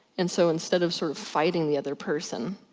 and so instead of sort of fighting the other person,